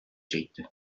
çekti